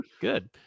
Good